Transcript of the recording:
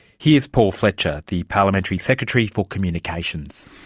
here's paul fletcher, the parliamentary secretary for communications.